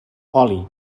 oli